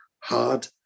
hard